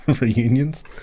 reunions